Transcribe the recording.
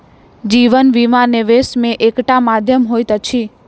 जीवन बीमा, निवेश के एकटा माध्यम होइत अछि